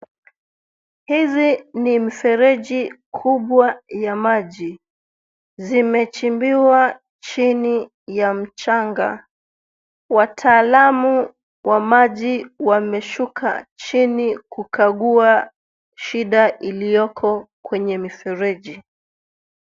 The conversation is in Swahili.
Hizi ni mifereji kubwa ya maji, zimechimbiwa chini ya mchanga. Wataalamu wa maji wameshuka chini kukagua shida iliyoko kwenye mifereji.